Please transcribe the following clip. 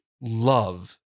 love